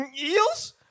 Eels